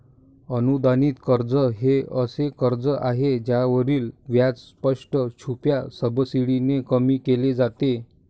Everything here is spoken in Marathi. अनुदानित कर्ज हे असे कर्ज आहे ज्यावरील व्याज स्पष्ट, छुप्या सबसिडीने कमी केले जाते